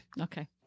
Okay